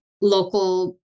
local